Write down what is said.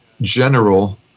general